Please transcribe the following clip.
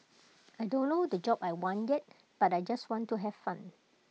I don't know the job I want yet but I just want to have fun